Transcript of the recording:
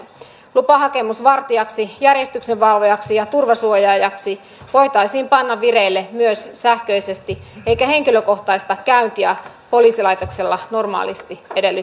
lupahakemus vartijaksi järjestyksenvalvojaksi ja turvasuojaajaksi voitaisiin panna vireille myös sähköisesti eikä henkilökohtaista käyntiä poliisilaitoksella normaalisti edellytettäisi